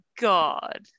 god